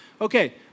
Okay